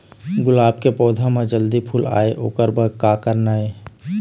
गुलाब के पौधा म जल्दी फूल आय ओकर बर का करना ये?